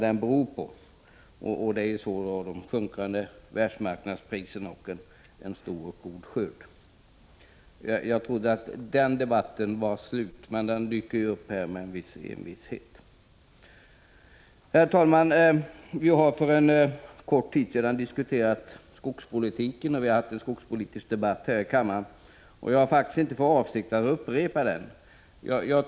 Det är ju de sjunkande världsmarknadspriserna och en stor och god skörd. Jag trodde att den debatten var slut, men den dyker upp här med en viss envishet. Herr talman! Vi har för kort tid sedan haft en skogspolitisk debatt här i kammaren, och jag har faktiskt inte för avsikt att upprepa den.